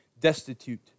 destitute